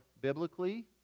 biblically